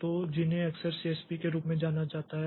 तो जिन्हें अक्सर सीएसपी के रूप में जाना जाता है